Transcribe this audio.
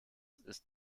ist